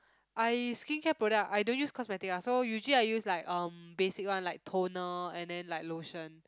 I skincare product I don't use cosmetic ah so usually I use like um basic one like toner and then like lotion